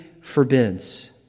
forbids